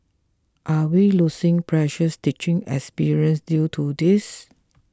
are we losing precious teaching experience due to this